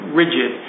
rigid